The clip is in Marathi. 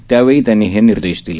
त्यावेळी त्यांनी हे निर्देश दिले